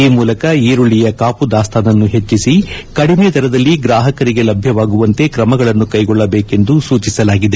ಈ ಮೂಲಕ ಈರುಳ್ಳಿಯ ಕಾಪುದಾಸ್ತಾನನ್ನು ಹೆಚ್ಚಿಸಿ ಕಡಿಮೆ ದರದಲ್ಲಿ ಗ್ರಾಹಕರಿಗೆ ಲಭ್ಯವಾಗುವಂತೆ ಕ್ರಮಗಳನ್ನು ಕೈಗೊಳ್ಳಬೇಕೆಂದು ಸೂಚಿಸಲಾಗಿದೆ